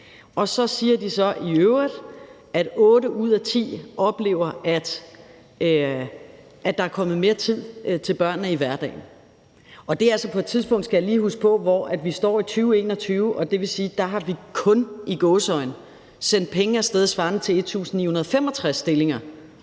Så siger de i øvrigt, at otte ud af ti oplever, at der er blevet mere tid til børnene i hverdagen. Det er altså på et tidspunkt, skal vi lige huske på, hvor vi står i 2021, og det vil sige, at der har vi kun – i gåseøjne – sendt penge af sted svarende til 1.965 stillinger,